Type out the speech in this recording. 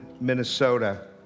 Minnesota